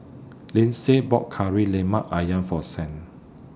Lyndsay bought Kari Lemak Ayam For Saint